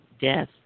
death